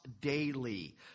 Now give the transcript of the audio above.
daily